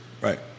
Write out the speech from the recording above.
Right